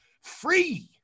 free